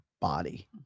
body